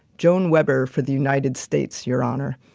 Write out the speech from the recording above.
joan weber for the united states, your honor.